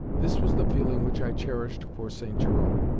this was the feeling which i cherished for st. jerome,